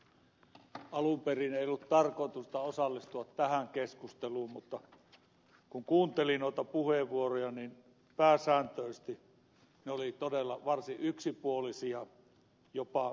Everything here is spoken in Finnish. alun perin ei ollut tarkoitus osallistua tähän keskusteluun mutta kun kuuntelin noita puheenvuoroja niin pääsääntöisesti ne olivat todella varsin yksipuolisia jopa pöyristyttäviä